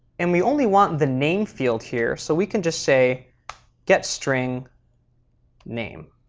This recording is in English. and we only want the name field here, so we can just say getstring name.